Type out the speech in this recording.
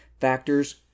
Factors